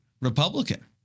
Republican